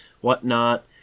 whatnot